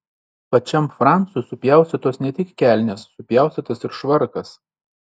pačiam francui supjaustytos ne tik kelnės supjaustytas ir švarkas